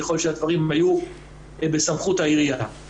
ככל שהדברים היו בסמכות העירייה.